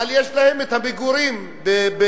אבל יש להם מגורים במינסק,